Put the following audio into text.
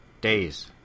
Days